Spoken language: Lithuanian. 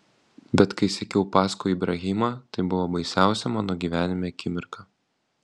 bet kai sekiau paskui ibrahimą tai buvo baisiausia mano gyvenime akimirka